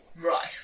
Right